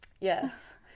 Yes